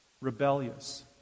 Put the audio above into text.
rebellious